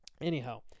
Anyhow